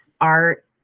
art